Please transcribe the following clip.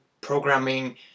programming